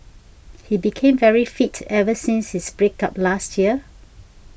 he became very fit ever since his break up last year